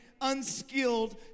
unskilled